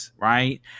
Right